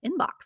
inbox